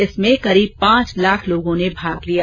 इसमें करीब पांच लाख लोगों ने भाग लिया